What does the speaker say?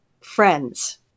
friends